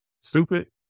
stupid